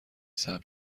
ثبت